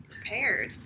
Prepared